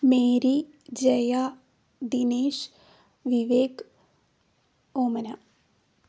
Mary Jaya Dinesh Vivek Omana